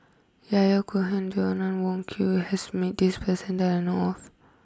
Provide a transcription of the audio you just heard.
Yahya Cohen and Joanna Wong Quee has met this person that I know of